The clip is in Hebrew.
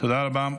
תודה רבה.